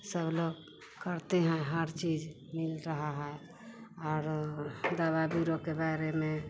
सब लोग करते हैं हर चीज मिल रहा है और दवा बिरो के बारे में